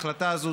להחלטה הזאת